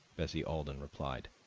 bessie alden replied.